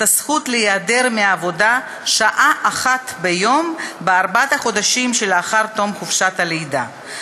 הזכות להיעדר מהעבודה שעה אחת ביום בארבעת החודשים שלאחר תום חופשת הלידה,